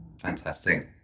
Fantastic